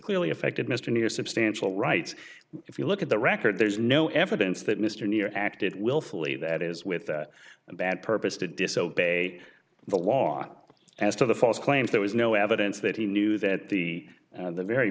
clearly affected mr near substantial rights if you look at the record there is no evidence that mr near acted willfully that is with a bad purpose to disobeyed the law as to the false claims there was no evidence that he knew that the the very